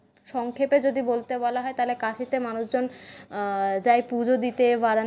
সংক্ষেপে যদি বলতে বলা হয় তাহলে কাশীতে মানুষজন যায় পুজো দিতে